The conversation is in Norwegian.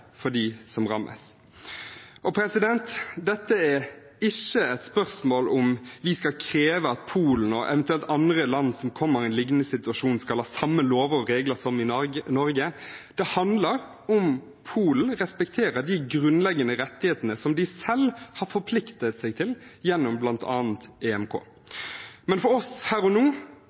for dem som rammes. Dette er ikke et spørsmål om vi skal kreve at Polen og eventuelle andre land som kommer i en lignende situasjon, skal ha samme lover og regler som i Norge, det handler om at Polen respekterer de grunnleggende rettighetene som de selv har forpliktet seg til gjennom bl.a. EMK. Men for oss her og nå